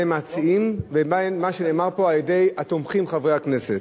המציעים ובין מה שנאמר פה על-ידי התומכים חברי הכנסת.